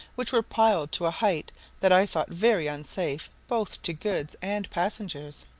which were piled to a height that i thought very unsafe both to goods and passengers.